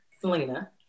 Selena